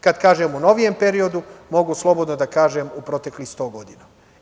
Kad kažem novijem periodu, mogu slobodno da kažem u proteklih 100 godina.